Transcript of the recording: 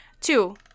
two